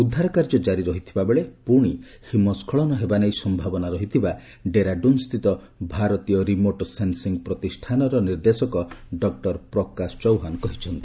ଉଦ୍ଧାର କାର୍ଯ୍ୟ ଜାରି ରହିଥିବାବେଳେ ପୁଣି ହିମସ୍କଳନ ହେବା ନେଇ ସମ୍ଭାବନା ରହିଥିବା ଡେରାଡୁନ ସ୍ଥିତ ଭାରତୀୟ ରିମୋଡ ସେନସିଂ ପ୍ରତିଷ୍ଣାନର ନିର୍ଦ୍ଦେଶକ ଡକୁର ପ୍ରକାଶ ଚୌହା କହିଛନ୍ତି